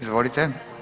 Izvolite.